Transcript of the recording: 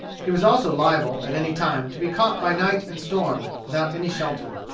he was also liable, at any time, to be caught by night and storm, without any shelter.